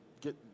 get